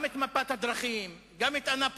גם את מפת הדרכים, גם את אנאפוליס.